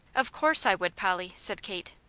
of course i would, polly, said kate.